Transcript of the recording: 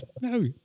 no